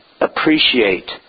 appreciate